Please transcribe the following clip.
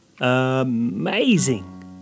amazing